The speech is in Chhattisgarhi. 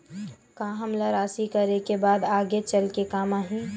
का हमला राशि करे के बाद आगे चल के काम आही?